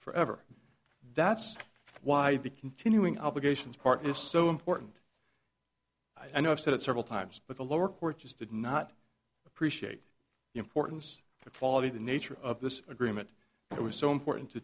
forever that's why the continuing obligations part is so important i know i've said it several times but the lower court just did not appreciate the importance of quality the nature of this agreement it was so important to